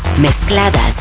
mezcladas